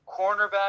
cornerback